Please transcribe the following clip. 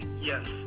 Yes